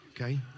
okay